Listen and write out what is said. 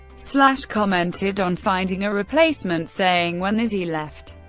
slash commented on finding a replacement, saying, when izzy left,